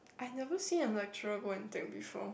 I never seen a lecturer go and take before